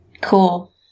Cool